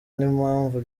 n’impamvu